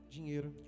Dinheiro